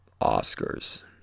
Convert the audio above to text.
Oscars